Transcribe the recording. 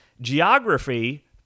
Geography